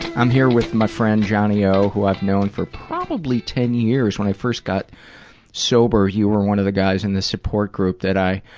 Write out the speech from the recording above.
i'm here with my friend, johnny o, who i've known for probably ten years. when i first got sober, you were one of the guys in the support group that i